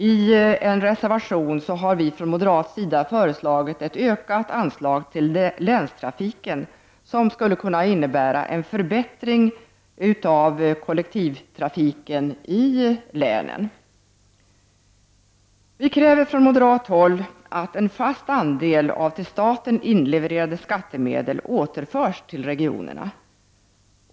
I en reservation har vi från moderat sida föreslagit ett ökat anslag till länstrafiken, vilket skulle kunna innebära en förbättring av kollektivtrafiken i länen. Vi kräver från moderat håll att en fast andel av till staten inleverade skattemedel återförs till regionerna.